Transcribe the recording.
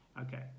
okay